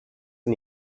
ten